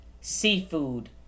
seafood